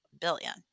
billion